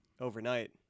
overnight